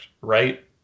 right